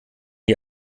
die